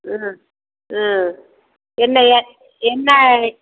ம் ம் என்ன ஏ என்ன